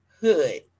hood